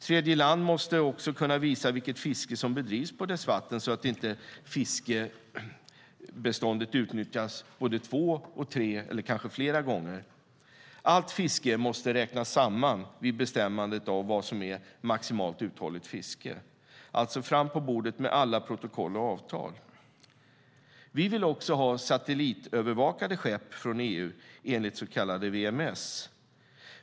Tredjeland måste också kunna visa vilket fiske som bedrivs på dess vatten så att inte fiskbeståndet utnyttjas både två och tre - eller kanske fler - gånger. Allt fiske måste räknas samman vid bestämmande av vad som är maximalt uthålligt fiske. Alltså: Fram på bordet med alla protokoll och avtal! Vi vill också ha satellitövervakade skepp från EU, enligt så kallat VMS.